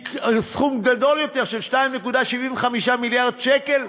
כי סכום גדול יותר, 2.75 מיליארד שקל,